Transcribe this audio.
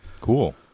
Cool